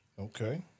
Okay